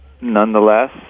Nonetheless